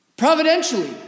Providentially